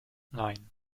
nein